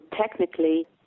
technically